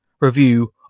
review